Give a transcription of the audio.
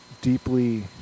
deeply